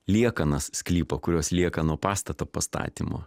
liekanas sklypo kurios lieka nuo pastato pastatymo